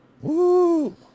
Woo